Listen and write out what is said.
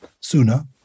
sooner